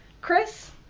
Chris